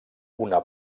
una